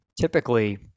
typically